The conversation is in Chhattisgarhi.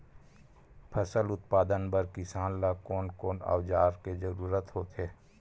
फसल उत्पादन बर किसान ला कोन कोन औजार के जरूरत होथे?